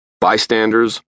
Bystanders